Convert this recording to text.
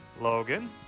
Logan